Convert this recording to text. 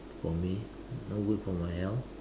for me no good for my health